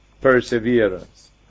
perseverance